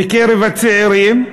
בקרב הצעירים,